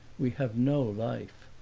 we have no life.